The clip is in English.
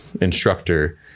instructor